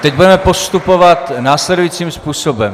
Teď budeme postupovat následujícím způsobem.